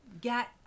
get